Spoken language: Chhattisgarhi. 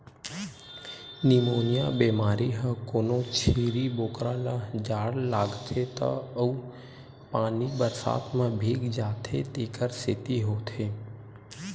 निमोनिया बेमारी ह कोनो छेरी बोकरा ल जाड़ लागथे त अउ पानी बरसात म भीग जाथे तेखर सेती होथे